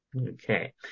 Okay